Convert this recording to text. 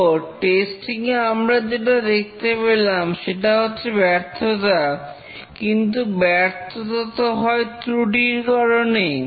তো টেস্টিং এ আমরা যেটা দেখতে পেলাম সেটা হচ্ছে ব্যর্থতা কিন্তু ব্যর্থতা তো হয় ত্রুটির কারণেই